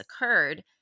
occurred